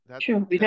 True